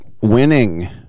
Winning